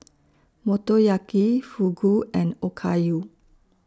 Motoyaki Fugu and Okayu